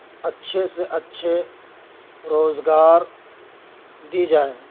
اچھے سے اچھے روزگار دی جائے